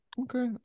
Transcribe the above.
Okay